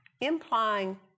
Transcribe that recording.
implying